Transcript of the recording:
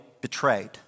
betrayed